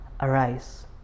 arise